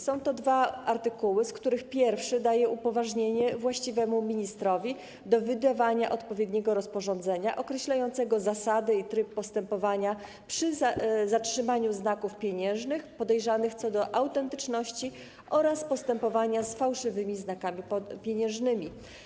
Są to dwa artykuły, z których pierwszy daje upoważnienie właściwemu ministrowi do wydawania odpowiedniego rozporządzenia określającego zasady i tryb postępowania przy zatrzymaniu znaków pieniężnych podejrzanych co do autentyczności oraz postępowania z fałszywymi znakami pieniężnymi.